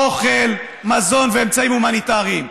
אוכל ואמצעים הומניטריים,